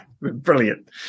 Brilliant